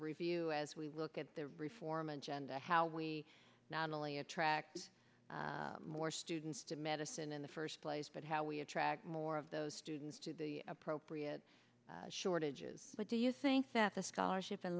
review as we look at the reform agenda how we not only attract more students to medicine in the first place but how we attract more of those students to the appropriate shortages what do you think that the scholarship and